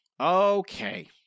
Okay